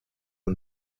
and